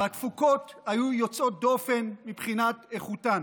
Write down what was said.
והתפוקות היו יוצאות דופן מבחינת איכותן.